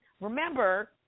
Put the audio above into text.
remember